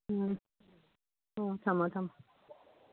ꯎꯝ ꯍꯣ ꯊꯝꯃꯣ ꯊꯝꯃꯣ